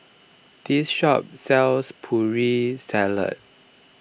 this shop sells Putri Salad